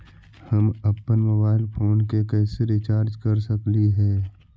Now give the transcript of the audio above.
हम अप्पन mobile phone के कैसे रिचार्ज कर सकली हे?